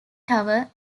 tower